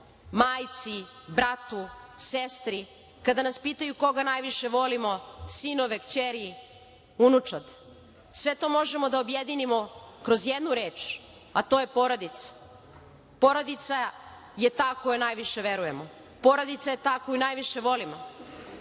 majci, bratu, sestri. Kada nas pitaju koga najviše volimo, sinove, kćeri, unučad. Sve to možemo da objedinimo kroz jednu reč, a to je porodica. Porodica je ta kojoj najviše verujemo. Porodica je ta koju najviše volimo.